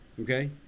okay